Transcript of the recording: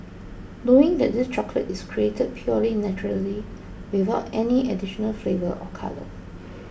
knowing that this chocolate is created purely naturally without any additional flavour or colour